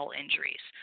injuries